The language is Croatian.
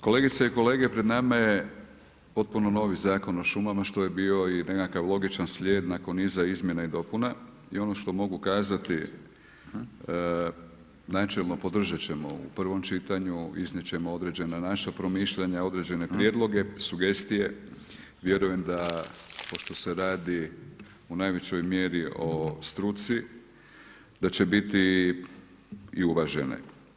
Kolegice i kolege, pred nama je potpuno novi Zakon o šumama što je bio i nekakav logičan slijed nakon niza izmjena i dopuna i ono što mogu kazati načelno, podržat ćemo u prvom čitanju, iznijet ćemo određena naša promišljanja, određene prijedloge, sugestije, vjerujem da pošto se radi u najvećoj mjeri o struci, da će biti i uvažene.